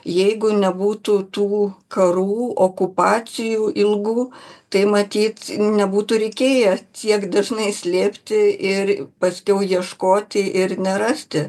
jeigu nebūtų tų karų okupacijų ilgų tai matyt nebūtų reikėję tiek dažnai slėpti ir paskiau ieškoti ir nerasti